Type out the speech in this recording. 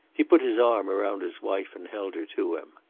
he put his arm around his wife and held her to him.